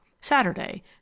Saturday